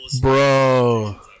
Bro